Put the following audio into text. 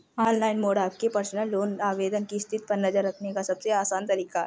online mode आपके personal loan आवेदन की स्थिति पर नज़र रखने का सबसे आसान तरीका है